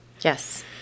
Yes